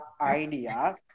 idea